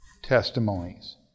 testimonies